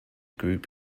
group